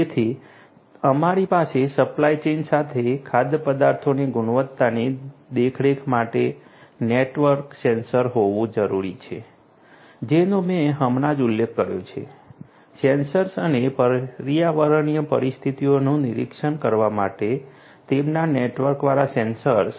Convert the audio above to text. તેથી અમારી પાસે સપ્લાય ચેઇન સાથે ખાદ્યપદાર્થોની ગુણવત્તાની દેખરેખ માટે નેટવર્ક સેન્સર હોવું જરૂરી છે જેનો મેં હમણાં જ ઉલ્લેખ કર્યો છે સેન્સર્સ અને પર્યાવરણીય પરિસ્થિતિઓનું નિરીક્ષણ કરવા માટે તેમના નેટવર્કવાળા સેન્સર્સ